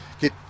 get